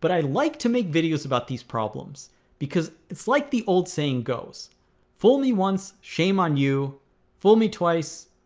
but i'd like to make videos about these problems because it's like the old saying goes fool me once shame on you fool me twice.